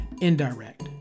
indirect